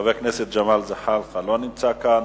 חבר הכנסת ג'מאל זחאלקה לא נמצא כאן.